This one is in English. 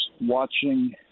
watching